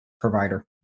provider